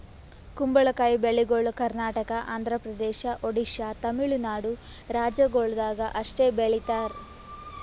ಕುಂಬಳಕಾಯಿ ಬೆಳಿಗೊಳ್ ಕರ್ನಾಟಕ, ಆಂಧ್ರ ಪ್ರದೇಶ, ಒಡಿಶಾ, ತಮಿಳುನಾಡು ರಾಜ್ಯಗೊಳ್ದಾಗ್ ಅಷ್ಟೆ ಬೆಳೀತಾರ್